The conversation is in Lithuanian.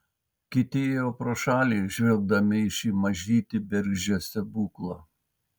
kiti ėjo pro šalį žvelgdami į šį mažytį bergždžią stebuklą